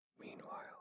Meanwhile